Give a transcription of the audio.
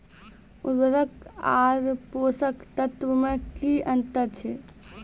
उर्वरक आर पोसक तत्व मे की अन्तर छै?